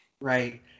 right